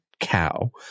cow